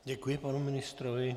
Děkuji panu ministrovi.